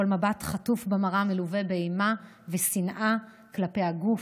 כל מבט חטוף במראה מלווה באימה ושנאה כלפי הגוף,